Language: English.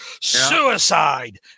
suicide